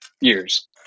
years